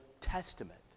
Testament